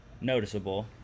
noticeable